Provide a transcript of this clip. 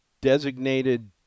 designated